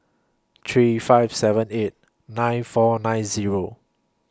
three five seven eight nine four nine Zero